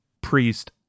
priest